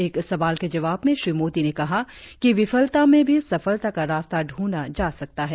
एक सवाल के जवाब में श्री मोदी ने कहा कि विफलता में भी सफलता का रास्ता ढूंढा जा सकता है